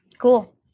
Cool